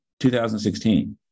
2016